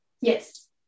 Yes